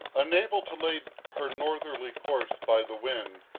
unable to lay her northerly course by the wind,